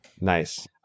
Nice